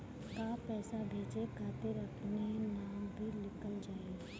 का पैसा भेजे खातिर अपने नाम भी लिकल जाइ?